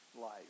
life